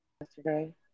yesterday